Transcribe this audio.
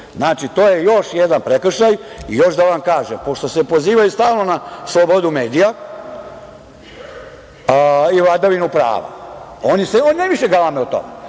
Znači, to je još jedan prekršaj. Još da vam kažem, pošto se pozivaju stalno na slobodu medija i vladavinu prava, najviše galame o tome,